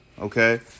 Okay